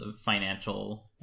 financial